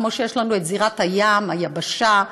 כמו שיש לנו זירת הים, היבשה,